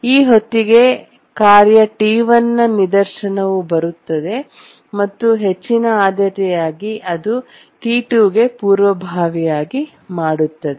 ಈ ಹೊತ್ತಿಗೆ ಕಾರ್ಯ T1 ನ ನಿದರ್ಶನವು ಬರುತ್ತದೆ ಮತ್ತು ಹೆಚ್ಚಿನ ಆದ್ಯತೆಯಾಗಿ ಅದು T2 ಗೆ ಪೂರ್ವಭಾವಿಯಾಗಿ ಮಾಡುತ್ತದೆ